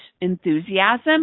enthusiasm